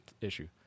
issue